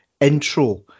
intro